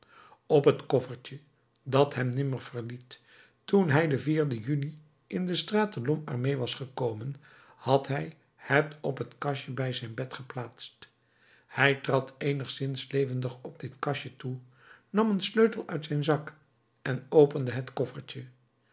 op het koffertje dat hem nimmer verliet toen hij den juni in de straat de lhomme armé was gekomen had hij het op een kastje bij zijn bed geplaatst hij trad eenigszins levendig op dit kastje toe nam een sleutel uit zijn zak en opende het koffertje